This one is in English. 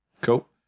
Cool